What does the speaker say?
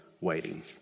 waiting